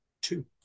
two